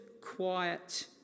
quiet